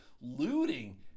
Looting